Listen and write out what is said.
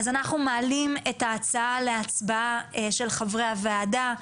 אז אנחנו מעלים את ההצעה להצבעה של חברי הוועדה.